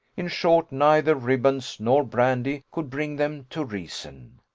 in short, neither ribands nor brandy could bring them to reason.